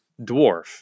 dwarf